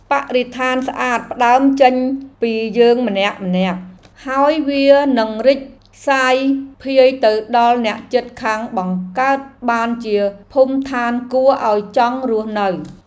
បរិស្ថានស្អាតផ្តើមចេញពីយើងម្នាក់ៗ ហើយវានឹងរីកសាយភាយទៅដល់អ្នកជិតខាងបង្កើតបានជាភូមិឋានគួរឱ្យចង់រស់នៅ។